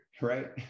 right